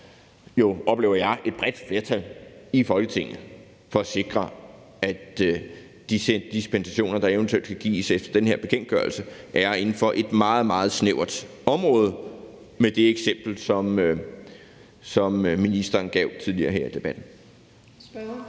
– vil være et bredt flertal i Folketinget for at sikre, at de dispensationer, der eventuelt kan gives efter den her bekendtgørelse, ligger inden for et meget, meget snævert område, som det er tilfældet med det eksempel, som ministeren gav tidligere her i debatten. Kl.